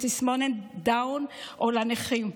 לתסמונת דאון או לנכים.